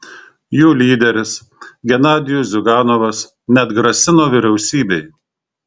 jų lyderis genadijus ziuganovas net grasino vyriausybei